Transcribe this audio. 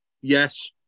Yes